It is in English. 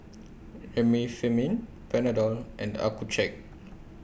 Remifemin Panadol and Accucheck